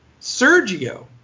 Sergio